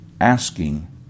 asking